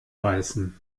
beißen